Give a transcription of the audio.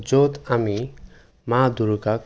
য'ত আমি মা দূৰ্গাক